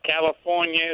California